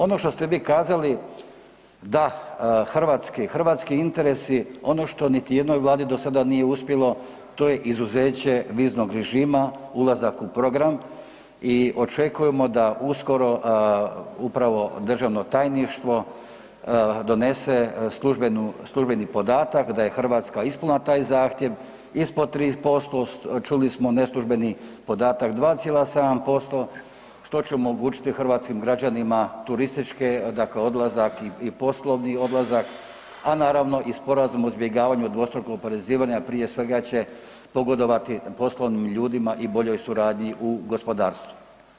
Ono što ste vi kazali da hrvatski, hrvatski interesi, ono što niti jednoj vladi do sada nije uspjelo, to je izuzeće viznog režima ulazak u program i očekujemo da uskoro upravo državno tajništvo donese službeni podatak da je Hrvatska ispunila taj zahtjev ispod 30%, čuli smo neslužbeni podatak 2,7% što će omogućiti hrvatskim građanima turistički dakle odlazak i poslovi odlazak, a naravno i Sporazum o izbjegavanju dvostrukog oporezivanja prije svega će pogodovati poslovnim ljudima i boljoj suradnji u gospodarstvu.